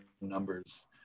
numbers